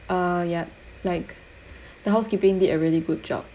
uh yup like the housekeeping did a really good job